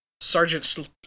Sergeant